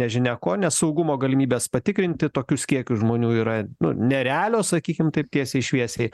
nežinia ko nes saugumo galimybės patikrinti tokius kiekius žmonių yra nu nerealios sakykim taip tiesiai šviesiai